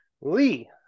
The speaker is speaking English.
Lee